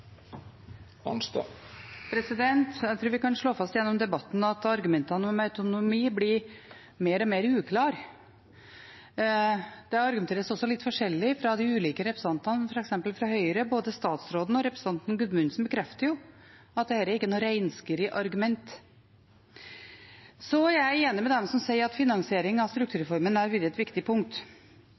Jeg tror vi kan slå fast at gjennom debatten er argumentene om autonomi blitt mer og mer uklare. Det argumenteres også litt forskjellig fra de ulike representantene, f.eks. fra Høyre. Både statsråden og representanten Gudmundsen bekrefter jo at dette ikke er noe reinskåret argument. Så er jeg enig med dem som sier at finansiering av strukturreformen har vært et viktig punkt.